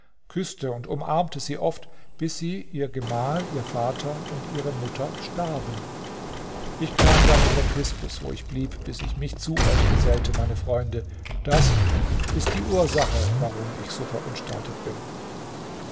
küßte und umarmte sie oft bis sie ihr gemahl ihr vater und ihre mutter starben ich kam dann in den fiskus wo ich blieb bis ich mich zu euch gesellte meine freunde das ist die ursache warum ich so verunstaltet bin